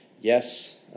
yes